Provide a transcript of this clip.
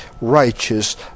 righteous